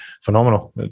phenomenal